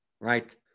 right